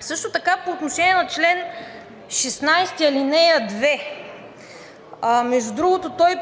Също така по отношение на чл. 16, ал. 2, между другото, той